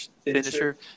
finisher